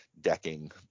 decking